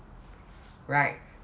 right